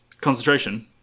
concentration